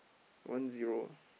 one zero